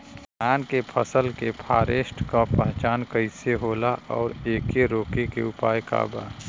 धान के फसल के फारेस्ट के पहचान कइसे होला और एके रोके के उपाय का बा?